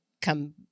come